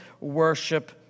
worship